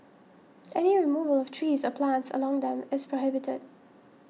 any removal of trees or plants along them is prohibited